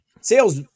sales